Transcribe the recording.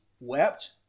wept